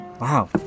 Wow